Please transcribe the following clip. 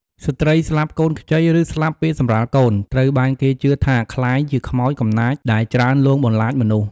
ស្ត្រីស្លាប់កូនខ្ចី ឬស្លាប់ពេលសម្រាលកូន ត្រូវបានគេជឿថាក្លាយជាខ្មោចកំណាចដែលច្រើនលងបន្លាចមនុស្ស។